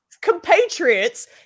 compatriots